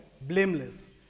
blameless